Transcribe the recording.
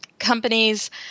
companies